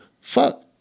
fuck